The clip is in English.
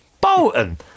Bolton